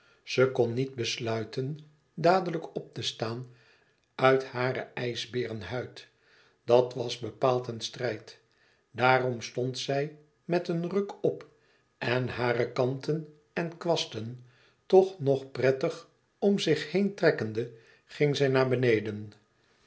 ze kon niet besluiten dadelijk op te staan uit haar ijsbeerenhuid dat was bepaald een strijd daarom stond zij met een ruk op en hare kanten en kwasten toch nog prettig om zich heentrekkende ging zij naar beneden